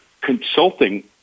consulting